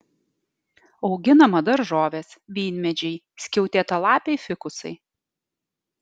auginama daržovės vynmedžiai skiautėtalapiai fikusai